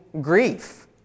grief